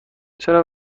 چرا